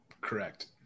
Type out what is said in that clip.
Correct